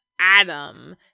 Adam